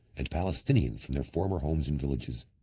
and palestinians from their former homes and villages.